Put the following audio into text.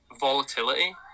volatility